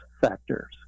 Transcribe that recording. Factors